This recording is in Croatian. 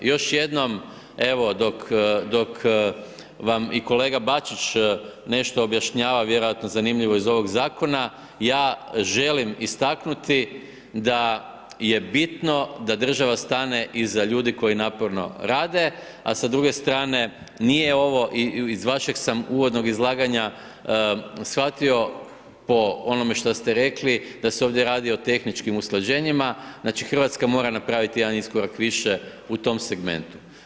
Još jednom evo dok, dok vam i kolega Bačić nešto objašnjava vjerojatno zanimljivo iz ovog zakona ja želim istaknuti da je bitno da država stane iza ljudi koji naporno rade, a sa druge strane nije ovo, iz vašeg sam uvodnog izlaganja shvatio po onome što ste rekli da se ovdje radi o tehničkim usklađenjima, znači Hrvatska mora napraviti jedan iskorak više u tom segmentu.